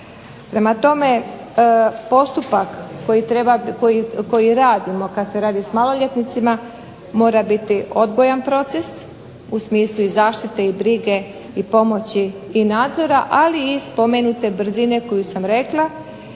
Prema tome postupak koji treba, koji radimo kad se radi s maloljetnicima mora biti odgojan proces u smislu i zaštite i brige i pomoći i nadzora, ali i spomenute brzine koju sam rekla,